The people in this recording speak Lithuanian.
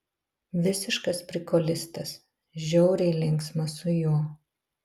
visiškas prikolistas žiauriai linksma su juo